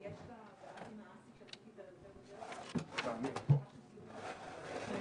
כשפניתי לפרופ' גרוטו ולמנכ"ל חזי לוי, לא